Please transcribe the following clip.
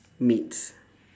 meat